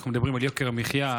אנחנו מדברים על יוקר המחיה,